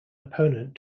opponent